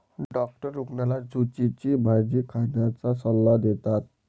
doctor रुग्णाला झुचीची भाजी खाण्याचा सल्ला देतात